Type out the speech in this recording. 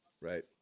Right